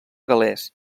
gal·lès